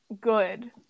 good